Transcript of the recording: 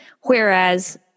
whereas